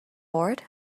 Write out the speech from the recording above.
bored